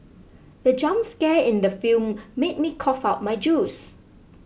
the jump scare in the film made me cough out my juice